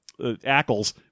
Ackles